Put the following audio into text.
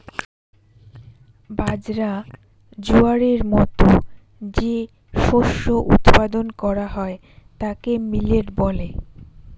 বাজরা, জোয়ারের মতো যে শস্য উৎপাদন করা হয় তাকে মিলেট বলে